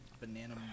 banana